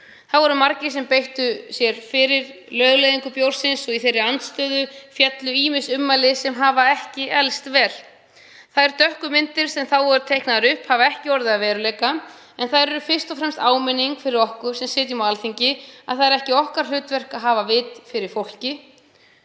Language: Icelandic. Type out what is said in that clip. löndum. Margir beittu sér fyrir lögleiðingu bjórsins og í þeirri andstöðu féllu ýmis ummæli sem hafa ekki elst vel. Þær dökku myndir sem þá voru teiknaðar upp hafa ekki orðið að veruleika en þær eru fyrst og fremst áminning fyrir okkur sem sitjum á Alþingi að það er ekki hlutverk okkar að hafa vit fyrir fólki.